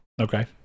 Okay